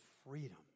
Freedom